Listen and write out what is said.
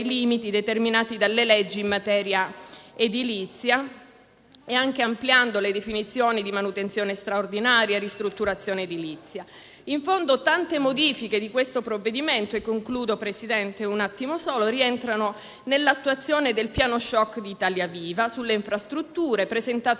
limiti determinati dalle leggi in questo settore, anche ampliando le definizioni di manutenzione straordinaria e ristrutturazione edilizia. In fondo, tante modifiche di questo provvedimento, rientrano nell'attuazione del piano *shock* di Italia Viva sulle infrastrutture, presentato